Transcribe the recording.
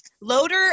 loader